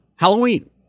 Halloween